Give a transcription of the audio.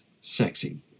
sexy